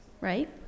right